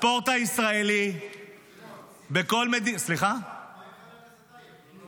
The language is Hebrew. הספורט הישראלי בכל מדינה --- מה עם חבר הכנסת טייב,